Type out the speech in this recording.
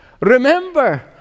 Remember